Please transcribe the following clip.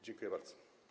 Dziękuję bardzo.